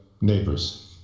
neighbors